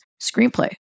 screenplay